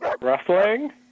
Rustling